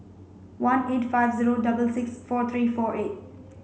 one eight five zero double six four three four eight